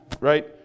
Right